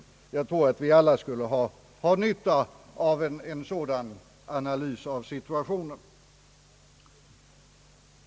Jag tror att vi alla skulle ha nytta av en sådan analys av situationen.